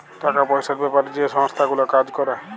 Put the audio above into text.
টাকা পয়সার বেপারে যে সংস্থা গুলা কাজ ক্যরে